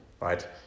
right